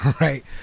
Right